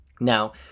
Now